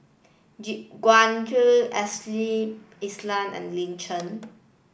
Gu Juan Ashley Isham and Lin Chen